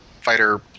Fighter